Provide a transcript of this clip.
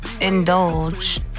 indulge